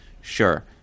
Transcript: sure